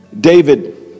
David